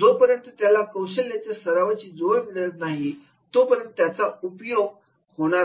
जोपर्यंत त्याला कौशल्याची सरावाची जोड मिळत नाही तोपर्यंत त्याचा उपयोग होणार नाही